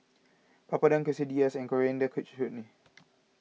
Papadum Quesadillas and Coriander Chutney